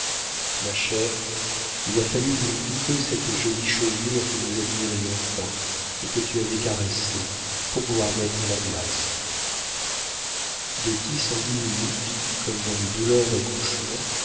ma chère il a fallu lui couper cette jolie chevelure que nous admirions tant et que tu avais caressée pour pouvoir mettre la glace de dix en dix minutes comme dans mes douleurs d'accouchement